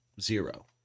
Zero